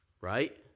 right